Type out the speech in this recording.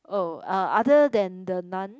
oh uh other than the Nun